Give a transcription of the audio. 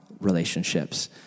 relationships